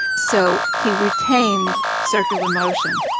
so he retained circular motion.